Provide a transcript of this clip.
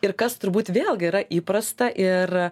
ir kas turbūt vėlgi yra įprasta ir